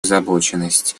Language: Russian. озабоченность